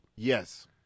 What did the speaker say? Yes